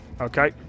Okay